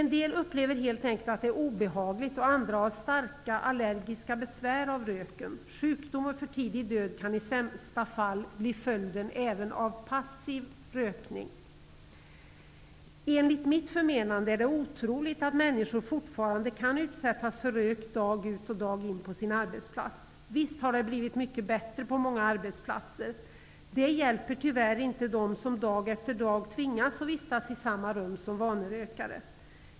En del upplever helt enkelt att det är obehagligt, och andra har starka allergiska besvär av röken. Sjukdom och för tidig död kan i sämsta fall bli följden även av passiv rökning. Enligt mitt förmenande är det otroligt att människor fortfarande kan utsättas för rök dag ut och dag in på sin arbetsplats. Visst har det blivit mycket bättre på många arbetsplatser. Det hjälper tyvärr inte dem som dag efter dag tvingas vistas i samma rum som vanerökare.